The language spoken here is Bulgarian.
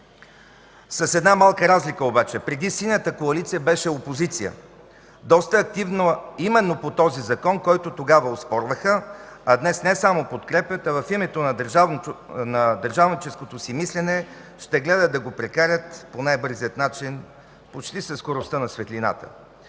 С една малка разлика обаче – преди Синята коалиция беше опозиция, доста активна именно по този Закон, който тогава оспорваха, а днес не само подкрепят, а в името на държавническото си мислене ще гледат да го прекарат по най-бързия начин, почти със скоростта на светлината.